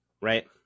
right